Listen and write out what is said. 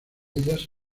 ellas